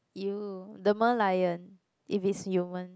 ew the merlion it's human